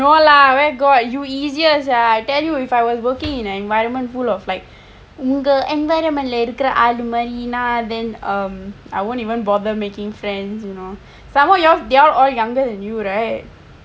no lah where got you easier sia I tell you if I was working in an environment full of like இங்க:ingka environment இல்ல இருக்கிற ஆள் மாதிரினா:illa irukkira aal maathirinaa then um I won't even bother making friends you know somemore you all they are all younger than you right